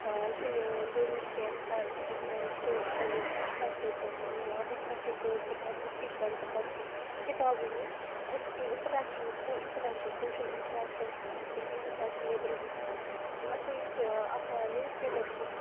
یہِ چھُنہٕ ضروٗری کیٚنٛہہ اِنسان ہٮ۪کہِ چھُ خٲلی بُکسَن سۭتۍ بُکسَن سۭتۍ روزِ تہٕ تَتہِ بُکِش بَنہِ تہٕ پَتہٕ ہیٚچھ کِتابٕے نِش أسۍ چھُ interaction through interaction social interaction چھُ مَسٹ اِنسان چھُ نیٚبرٕ ہیٚچھان سُہ یُس اَکھ نِوٕز پیپَر چھُ